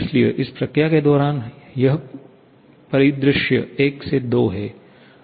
इसलिए इस प्रक्रिया के दौरान यह परिदृश्य 1 से 2 है